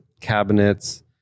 cabinets